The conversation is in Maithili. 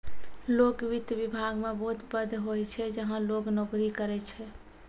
लोक वित्त विभाग मे बहुत पद होय छै जहां लोग नोकरी करै छै